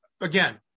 again